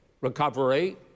recovery